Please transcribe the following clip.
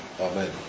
Amen